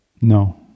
No